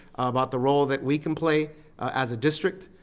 about the role that we can play as a district,